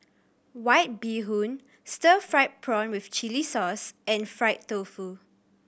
White Bee Hoon stir fried prawn with chili sauce and fried tofu